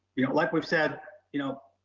you don't like we've said, you know,